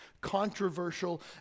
controversial